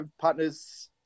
partner's